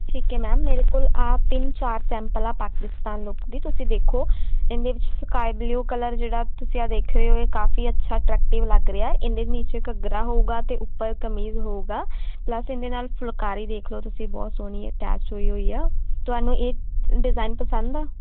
ਠੀਕ ਹੈ ਮੈਮ ਮੇਰ ਕੋਲ ਆਹ ਤਿੰਨ ਚਾਰ ਸੈਂਪਲ ਆ ਪਾਕਿਸਤਾਨ ਲੁੱਕ ਦੀ ਤੁਸੀਂ ਦੋਖੇ ਇਹਦੇ ਵਿੱਚ ਸਕਾਏ ਬਲਯੂ ਕਲਰ ਜਿਹੜਾ ਤੁਸੀਂ ਆਹ ਦੇਖ ਰਹੇ ਹੋ ਇਹ ਕਾਫੀ ਅੱਛਾ ਅਟਰੈਕਟੀਵ ਲੱਗ ਰਿਹਾ ਇਹਦੇ ਨੀਚੇ ਘੱਗਰਾ ਹੋਊਗਾ ਅਤੇ ਉੱਪਰ ਕਮੀਜ਼ ਹੋਊਗਾ ਪਲੱਸ ਇਹਦੇ ਨਾਲ ਫੁਲਕਾਰੀ ਦੇਖ ਲਓ ਤੁਸੀਂ ਬਹੁਤ ਸੋਹਣੀ ਅਟੈਚ ਹੋਈ ਹੋਈ ਆ ਤੁਹਾਨੂੰ ਇਹ ਡਿਜ਼ਾਇਨ ਪਸੰਦ ਆ